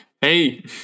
Hey